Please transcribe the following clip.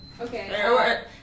Okay